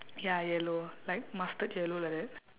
ya yellow like mustard yellow like that